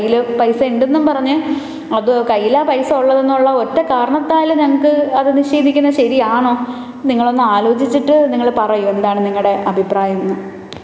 കൈയില് പൈസയുണ്ടെന്നും പറഞ്ഞ് അത് കൈയിലാണ് പൈസയുള്ളത് എന്നുള്ള ഒറ്റ കാരണത്താല് ഞങ്ങള്ക്ക് അത് നിഷേധിക്കുന്നത് ശരിയാണോ നിങ്ങളൊന്ന് ആലോചിച്ചിട്ട് നിങ്ങള് പറയൂ എന്താണ് നിങ്ങളുടെ അഭിപ്രായമെന്ന്